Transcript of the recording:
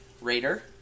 Raider